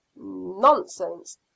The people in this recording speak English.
nonsense